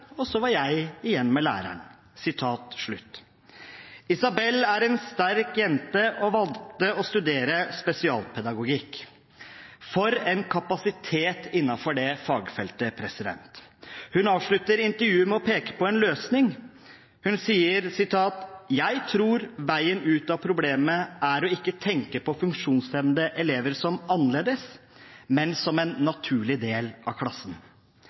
og så var jeg igjen med læreren.» Isabel er en sterk jente og valgte å studere spesialpedagogikk. For en kapasitet innenfor det fagfeltet! Hun avslutter intervjuet med å peke på en løsning. Hun tror veien ut av problemet ikke er å tenke på funksjonshemmede elever som annerledes, men som en naturlig del av klassen.